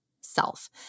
self